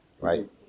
right